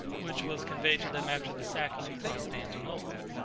which was conveyed to them after the sacking of constantinople.